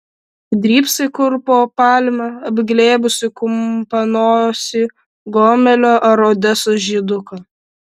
drybsai kur po palme apglėbusi kumpanosį gomelio ar odesos žyduką